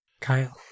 Kyle